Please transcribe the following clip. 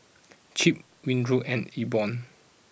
Chip Winthrop and E born